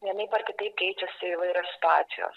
vienaip ar kitaip keičiasi įvairios situacijos